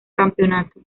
campeonato